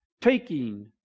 Taking